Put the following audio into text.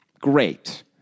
Great